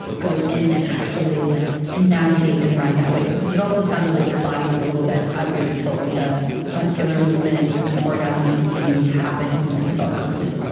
go in and actually like navigate and ride that wave. because it also sounded like your body was a little bit out of your control with the muscular movements and the orgasm continuing to happen even though you felt complete.